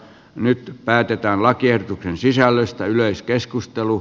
nyt päätetään lakiehdotuksen sisällöstä yleiskeskustelu